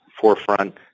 forefront